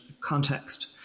context